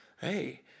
hey